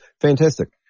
fantastic